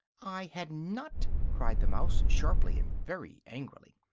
i had not! cried the mouse, sharply and very angrily.